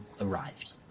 arrived